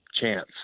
chance